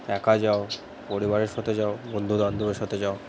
একা যাও পরিবারের সাথে যাও বন্ধুবান্ধবের সাথে যাও